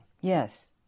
Yes